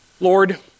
Lord